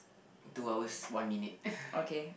two hours one munite